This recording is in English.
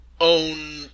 own